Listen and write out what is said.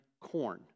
Corn